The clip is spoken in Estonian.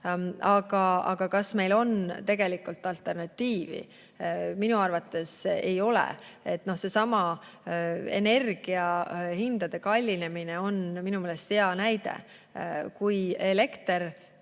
Aga kas meil on tegelikult alternatiivi? Minu arvates ei ole. Seesama energia hindade kallinemine on minu meelest hea näide. Kui elekter